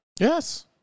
Yes